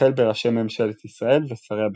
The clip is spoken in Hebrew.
החל בראשי ממשלת ישראל ושרי הביטחון.